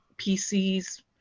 PCs